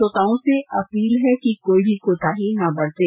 श्रोताओं से अपील है कि कोई भी कोताही न बरतें